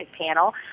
panel